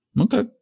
Okay